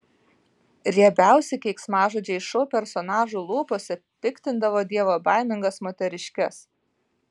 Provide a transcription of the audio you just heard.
riebiausi keiksmažodžiai šou personažų lūpose piktindavo dievobaimingas moteriškes